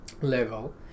level